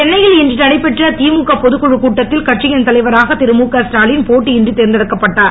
சென்னையில் இன்று நடைபெற்ற திமுக பொதுக்குழு கூட்டத்தில் கட்சியின் தலைவராக இருமுக ஸ்டாலின் போட்டியின்றி தேர்ந்தெடுக்கப்பட்டார்